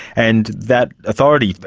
and that authority,